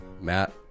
Matt